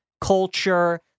culture